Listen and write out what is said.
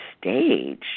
stage